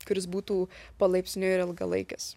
kuris būtų palaipsniui ir ilgalaikis